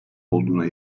olduğuna